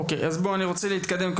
אוקיי, אני רוצה להתקדם.